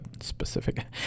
specific